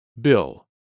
bill